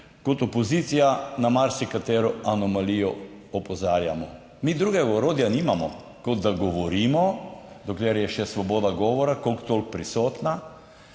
Kot opozicija na marsikatero anomalijo opozarjamo mi, drugega orodja nimamo kot, da govorimo, dokler je še svoboda govora kolikor toliko prisotna,